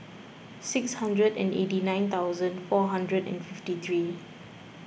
six hundred and eighty nine thousand four hundred and fifty three